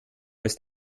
ist